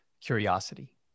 curiosity